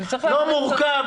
לא מורכב,